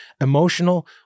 Emotional